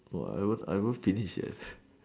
whatever I almost I almost finish it